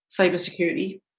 cybersecurity